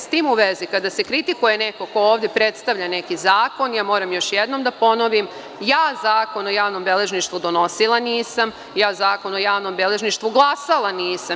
S tim u vezi, kada se kritikuje neko ko ovde predstavlja neki zakon, moram još jednom da ponovim, ja Zakon o javnom beležništvu donosila nisam, ja Zakon o javnom beležništvu glasala nisam.